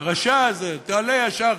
הוא הולך ישר,